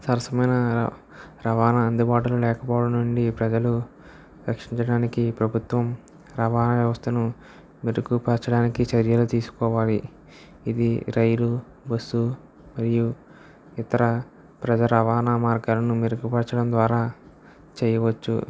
సరసమైన రవాణా అందుబాటులో లేకపోవడం నుండి ప్రజలు రక్షించడానికి ప్రభుత్వం రవాణా వ్యవస్థను మెరుగుపరచడానికి చర్యలు తీసుకోవాలి ఇది రైలు బస్సు మరియు ఇతర ప్రజల రవాణా మార్గాలను మెరుగుపరచడం ద్వారా చెయ్యవచ్చు